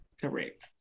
Correct